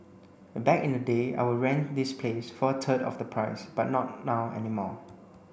back in the day I would rent this place for a third of the price but not now anymore